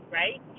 right